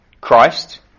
Christ